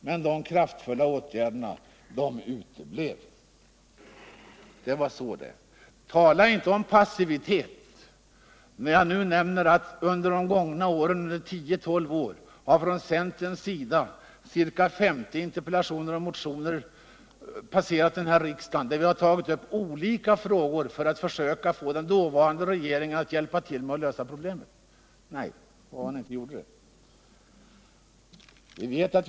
Men de kraftfulla åtgärderna uteblev. Tala inte om passivitet! Jag kan än en gång nämna att under de gångna 10-12 åren har från centerns sida ca 50 interpellationer och motioner passerat denna riksdag, där vi har tagit upp olika frågor för att försöka få den dåvarande regeringen att hjälpa till att lösa problemen. Nej, det gjorde ni inte.